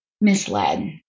misled